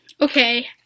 Okay